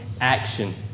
Action